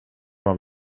mam